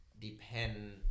depend